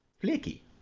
flaky